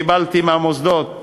קיבלתי מהמוסדות קריאות: